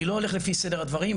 אני לא הולך לפי סדר הדברים,